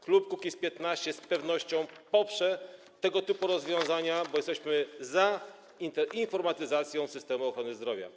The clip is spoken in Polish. Klub Kukiz’15 z pewnością poprze tego typu rozwiązania, bo jesteśmy za informatyzacją systemu ochrony zdrowia.